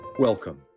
Welcome